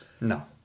No